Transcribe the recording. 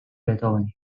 beethoven